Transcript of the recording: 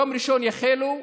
ביום ראשון הן יחלו.